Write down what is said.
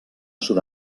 sud